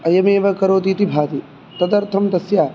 अयमेव करोति इति भाति तदर्थं तस्य